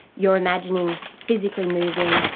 you are imagining physically moving,